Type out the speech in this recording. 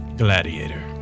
Gladiator